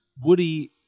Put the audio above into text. Woody